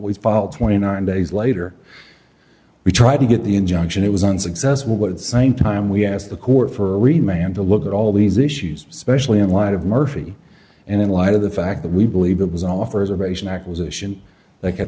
fall twenty nine days later we tried to get the injunction it was unsuccessful but sign time we asked the court for a read man to look at all these issues especially in light of murphy and in light of the fact that we believe it was offers of asian acquisition that can